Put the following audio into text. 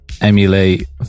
emulate